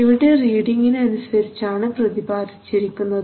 ഇവിടെ റീഡിങിന് അനുസരിച്ച് ആണ് പ്രതിപാദിച്ചിരിക്കുന്നത്